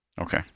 Okay